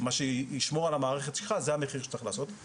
מה שישמור על המערכת שלך זה המחיר שצריך לעשות.